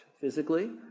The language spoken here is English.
physically